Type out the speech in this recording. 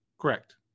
Correct